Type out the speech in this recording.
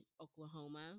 Oklahoma